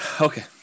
Okay